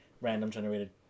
random-generated